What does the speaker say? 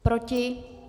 Proti?